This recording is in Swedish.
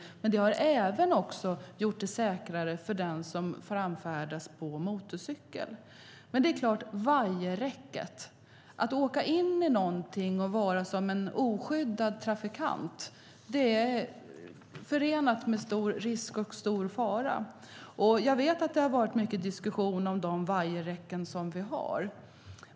Det har dock även gjort det säkrare för den som framfärdas på motorcykel. När det gäller vajerräcket är det klart att det är förenat med stor risk och stor fara att åka in i någonting och vara en oskyddad trafikant. Jag vet att det har varit mycket diskussion om de vajerräcken vi har.